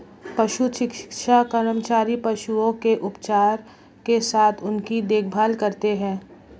पशु चिकित्सा कर्मचारी पशुओं के उपचार के साथ उनकी देखभाल करते हैं